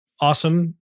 Awesome